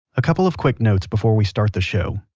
a couple of quick notes before we start the show.